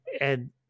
And-